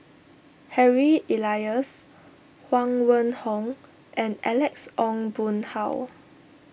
Harry Elias Huang Wenhong and Alex Ong Boon Hau